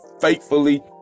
faithfully